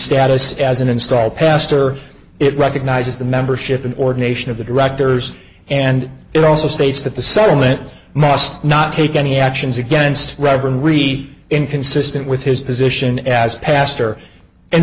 status as an install pastor it recognizes the membership and ordination of the directors and it also states that the settlement must not take any actions against reverend re inconsistent with his position as pastor in